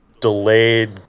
delayed